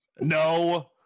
no